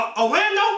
Orlando